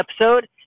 episode